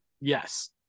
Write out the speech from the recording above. Yes